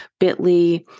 Bitly